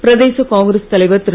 பிரதேச காங்கிரஸ் தலைவர் திரு